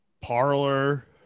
parlor